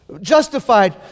Justified